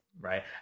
right